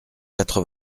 quatre